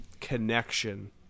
Connection